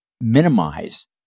minimize